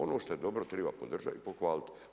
Ono što je dobro treba podržati i pohvaliti.